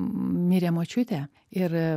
mirė močiutė ir